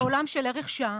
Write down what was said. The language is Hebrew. בעולם של ערך שעה,